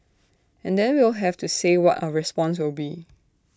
and then we'll have to say what our response will be